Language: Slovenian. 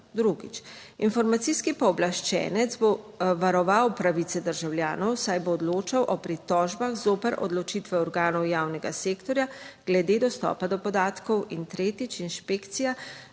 Drugič, informacijski pooblaščenec bo varoval pravice državljanov, saj bo odločal o pritožbah zoper odločitve organov javnega sektorja glede dostopa do podatkov. In tretjič, inšpekcija